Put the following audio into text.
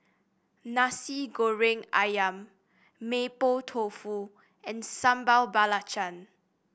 Nasi Goreng ayam Mapo Tofu and Sambal Belacan